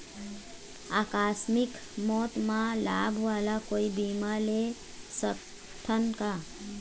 आकस मिक मौत म लाभ वाला कोई बीमा ले सकथन का?